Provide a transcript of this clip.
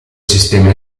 sistema